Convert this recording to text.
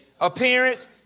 appearance